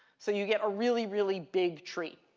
so you get a really, really big treat.